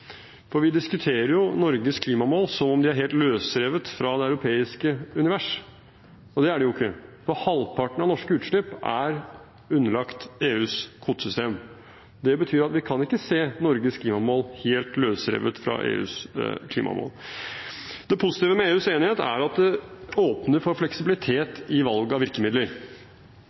Vi diskuterer jo Norges klimamål som om de er helt løsrevet fra det europeiske univers. Og det er de jo ikke, for halvparten av norske utslipp er underlagt EUs kvotesystem. Det betyr at vi ikke kan se Norges klimamål helt løsrevet fra EUs klimamål. Det positive med EUs enighet er at det åpner for fleksibilitet i valg av virkemidler,